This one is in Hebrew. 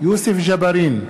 יוסף ג'בארין,